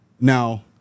Now